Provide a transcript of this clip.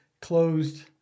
closed